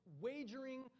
wagering